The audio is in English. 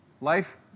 Life